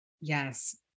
Yes